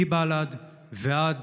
מבל"ד ועד